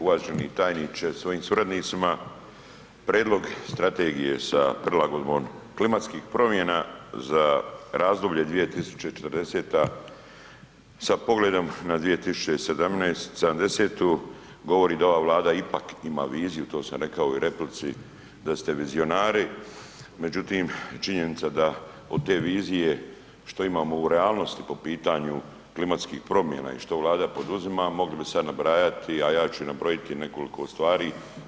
Uvaženi tajniče sa svojim suradnicima, Prijedlog Strategije za prilagodbom klimatskih promjena za razdoblje 2040. sa pogledom na 2070. govori da ova Vlada ipak ima viziju to sam rekao i u replici da ste vizionari, međutim činjenica da od te vizije što imamo u realnosti po pitanju klimatskih promjena i što Vlada poduzima, mogli bi sad nabrajati, a ja ću i nabrojiti nekoliko stvari.